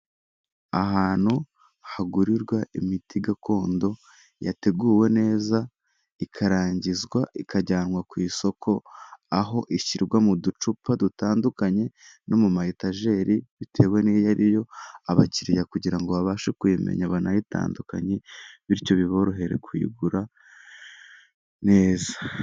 Ahantu hagurirwa imiti gakondo yateguwe neza, ikarangizwa ikajyanwa ku isoko, aho ishyirwa mu ducupa dutandukanye no mu matageri bitewe n'iyo ari yo, abakiriya kugira ngo babashe kuyimenya banayitandukanya, bityo biborohere kuyigura neza.